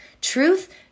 Truth